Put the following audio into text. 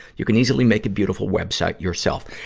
you can easily make a beautiful web site yourself.